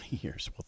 Years